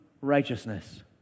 righteousness